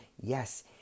yes